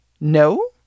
No